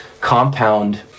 compound